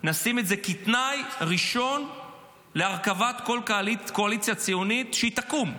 נשים את זה כתנאי ראשון להרכבת כל קואליציה ציונית שתקום.